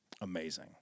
Amazing